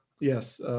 Yes